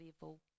level